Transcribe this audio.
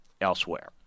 elsewhere